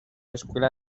escuela